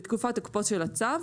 בתקופת ההקפאות של הצו,